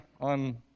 on